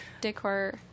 decor